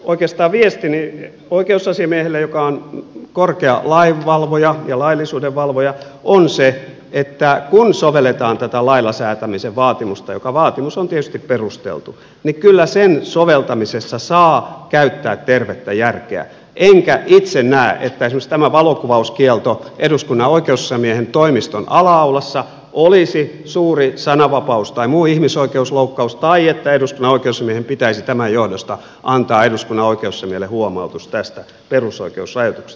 oikeastaan viestini oikeusasiamiehelle joka on korkea lainvalvoja ja laillisuudenvalvoja on se että kun sovelletaan tätä lailla säätämisen vaatimusta joka vaatimus on tietysti perusteltu niin kyllä sen soveltamisessa saa käyttää tervettä järkeä enkä itse näe että esimerkiksi tämä valokuvauskielto eduskunnan oikeusasiamiehen toimiston ala aulassa olisi suuri sananvapaus tai muu ihmisoikeusloukkaus tai että eduskunnan oikeusasiamiehen pitäisi tämän johdosta antaa eduskunnan oikeusasiamiehelle huomautus tästä perusoikeusrajoituksesta